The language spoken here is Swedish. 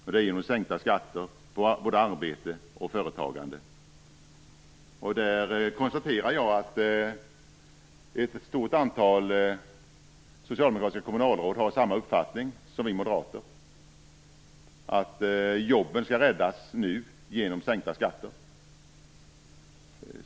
Det gör vi genom sänkta skatter på arbete och företagande. Där konstaterar jag att ett stort antal socialdemokratiska kommunalråd har samma uppfattning som vi moderater, att jobben skall räddas nu genom sänkta skatter.